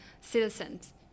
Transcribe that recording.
citizens